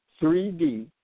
3D